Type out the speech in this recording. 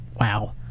Wow